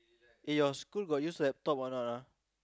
eh your school got use laptop or not ah